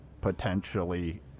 potentially